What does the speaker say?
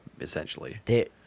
essentially